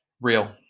Real